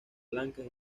blancas